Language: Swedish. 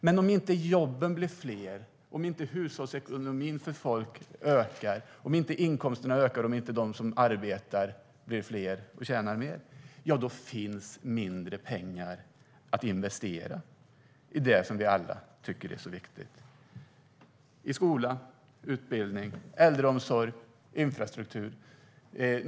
Men om jobben inte blir fler, om folks hushållsekonomi inte ökar, om inkomsterna inte ökar och om de som arbetar inte blir fler och tjänar mer finns mindre pengar att investera i det som vi alla tycker är så viktigt, till exempel skola, utbildning, äldreomsorg och infrastruktur.